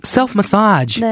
Self-massage